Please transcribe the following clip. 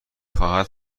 خواهد